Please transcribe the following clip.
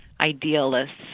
idealists